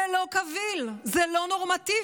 זה לא קביל, זה לא נורמטיבי.